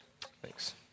Thanks